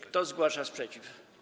Kto zgłasza sprzeciw?